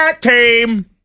team